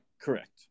Correct